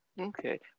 Okay